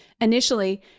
initially